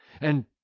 and